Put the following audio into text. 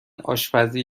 آشپزی